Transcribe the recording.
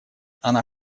она